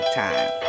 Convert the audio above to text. time